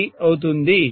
42103200480 అవుతుంది